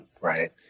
Right